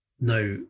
now